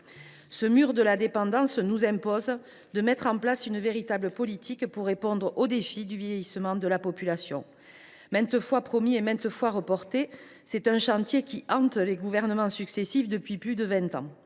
Ce mur de la dépendance nous impose de mettre en place une véritable politique pour répondre aux défis du vieillissement de la population. Maintes fois promis et maintes fois reporté, ce chantier hante les gouvernements successifs depuis plus de vingt ans.